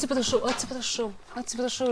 atsiprašau atsiprašau atsiprašau